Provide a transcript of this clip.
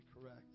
correct